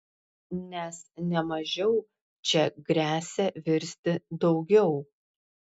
nes ne mažiau čia gresia virsti daugiau